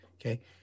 Okay